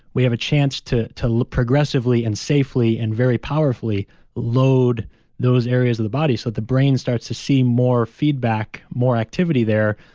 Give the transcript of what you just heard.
we have a chance to to progressively and safely and very powerfully load those areas of the body so that the brain starts to see more feedback, more activity there,